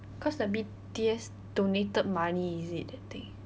cause the B_T_S donated money is it that thing